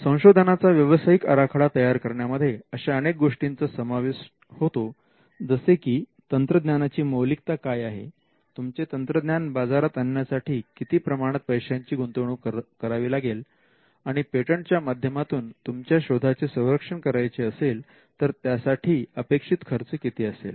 संशोधनाचा व्यावसायिक आराखडा तयार करण्यामध्ये अशा अनेक गोष्टींचा समावेश होतो जसे की तंत्रज्ञाना ची मौलिकता काय आहे तुमचे तंत्रज्ञान बाजारात आणण्यासाठी किती प्रमाणात पैशाची गुंतवणूक करावी लागेल आणि पेटंटच्या च्या माध्यमातून तुमच्या शोधाचे संरक्षण करायचे असेल तर त्यासाठी अपेक्षित खर्च किती असेल